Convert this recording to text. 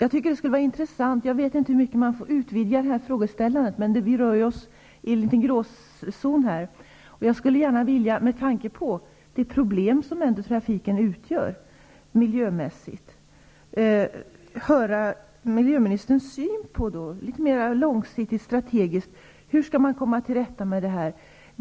Herr talman! Jag vet inte hur mycket man får utvidga detta frågeställande, men vi rör ju oss i en liten gråzon. Med tanke på det problem som trafiken ändå utgör miljömässigt skulle jag gärna vilja få reda på miljöministerns litet mer långsiktiga och strategiska syn på hur man skall komma till rätta med detta.